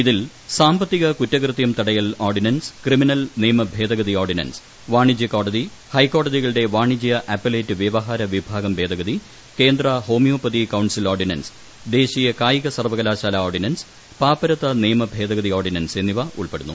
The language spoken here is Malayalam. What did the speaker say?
ഇതിൽ സാമ്പത്തിക കുറ്റകൃഷ്ണൂർ തടയൽ ഓർഡിനൻസ് ക്രിമിനൽ നിയമഭേദഗതി ഓര്യ്യിന്റ്സ് വാണിജ്യ കോടതി ഹൈക്കോടതികളുടെ വാണ്ണിജ്യ അപ്പലേറ്റ് വ്യവഹാര വിഭാഗം ഭേദഗതി കേന്ദ്ര ഹോമിയോപ്പതി കൌൺസിൽ ഓർഡിനൻസ് ദേശീയ കായിക സർവ്വകലാശാല ഓർഡിനൻസ് പാപ്പരത്ത നിയമ ഭേദഗതി ഓർഡിനൻസ് എന്നിവ ഉൾപ്പെടുന്നു